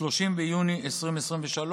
30 ביוני 2023,